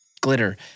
glitter